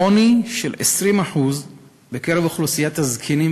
עוני של 20% בקרב אוכלוסיית הזקנים